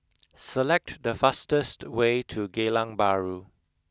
select the fastest way to Geylang Bahru